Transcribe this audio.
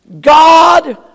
God